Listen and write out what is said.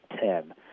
ten